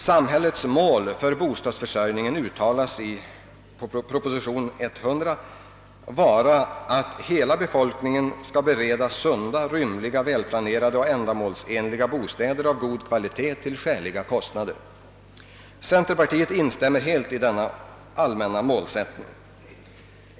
»Samhällets mål för bostadsförsörjningen», heter det i propositionen nr 100, »bör vara att hela befolkningen skall beredas sunda, rymliga, välplanerade och ändamålsenligt utrustade bostäder av god kvalitet till skäliga kostnader.» Centerpartiet instämmer helt i denna allmänna målsättning.